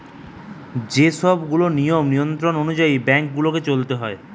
যে সব গুলা নিয়ম নিয়ন্ত্রণ অনুযায়ী বেঙ্ক গুলাকে চলতে হয়